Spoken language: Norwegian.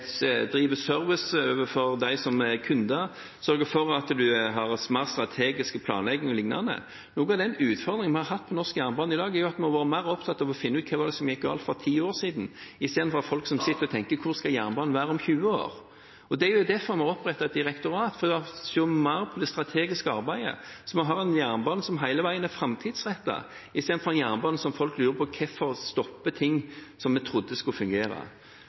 service overfor kundene, sørger for strategisk planlegging o.l. Noe av den utfordringen vi har hatt for norsk jernbane i dag, er at vi har vært mer opptatt av å finne ut hva som gikk galt for ti år siden, istedenfor å ha folk som sitter og tenker ut hvor jernbanen skal være om 20 år. Og det er jo derfor vi oppretter et direktorat, for å se mer på det strategiske arbeidet, så vi har en jernbane som hele veien er framtidsrettet istedenfor en jernbane der folk lurer på hvorfor ting stopper, ting vi trodde skulle fungere.